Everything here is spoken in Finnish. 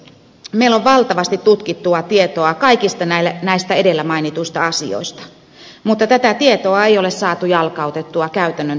meillä on valtavasti tutkittua tietoa kaikista näistä edellä mainituista asioista mutta tätä tietoa ei ole saatu jalkautettua käytännön toiminnaksi